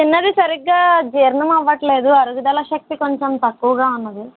తిన్నది సరిగ్గా జీర్ణం అవ్వట్లేదు అరుగుదల శక్తి కొంచెం తక్కువగా ఉన్నది